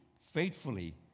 faithfully